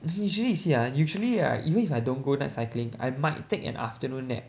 usually you see ah usually right even if I don't go night cycling I might take an afternoon nap